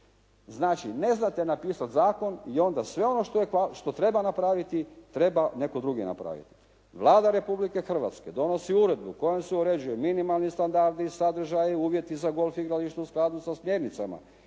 Znači, ne zanate napisati zakon i onda ono što treba napraviti treba netko drugi napraviti. Vlada Republike Hrvatske donosi uredbu kojom se uređuje minimalni standardi, sadržaji, uvjeti za golf igrališta u skladu sa smjernicama